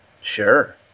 Sure